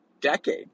decade